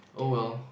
oh well